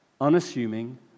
Unassuming